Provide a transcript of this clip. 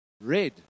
red